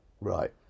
Right